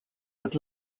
but